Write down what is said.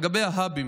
לגבי ההאבים,